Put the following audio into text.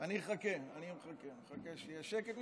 אני אחכה, אני מחכה, נחכה שיהיה שקט.